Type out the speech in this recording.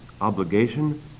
obligation